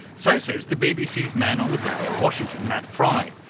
so says the bbc's man on the ground in washington, matt frei,